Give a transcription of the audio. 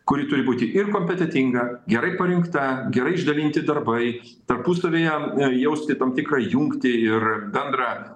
kuri turi būti ir kompetentinga gerai parinkta gerai išdalinti darbai tarpusavyje jausti tam tikrą jungtį ir bendrą